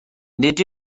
nid